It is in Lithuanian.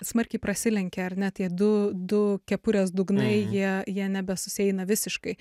smarkiai prasilenkia ar ne tie du du kepurės dugnai jie jie nebesusieina visiškai